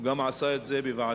הוא גם עשה את זה בוועדת